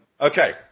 Okay